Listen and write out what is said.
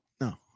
No